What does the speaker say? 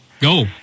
go